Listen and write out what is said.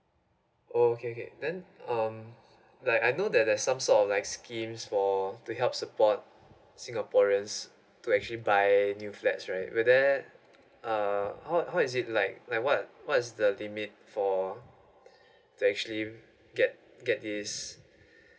oh okay okay then um like I know that there's some sort of like schemes for to help support singaporeans to actually buy new flats right will there uh how how is it like like what what's the limit for they actually get get this